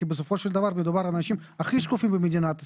כי בסופו של דבר מדובר על האנשים הכי שקופים במדינת ישראל,